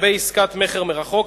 לגבי עסקת מכר מרחוק,